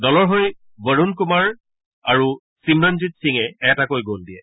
দলৰ হৈ বৰুণ কুমাৰ আৰু ছিমৰণজিৎ সিঙে এটাকৈ গল দিয়ে